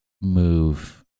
move